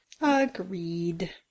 Agreed